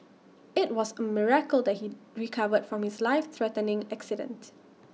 IT was A miracle that he recovered from his life threatening accident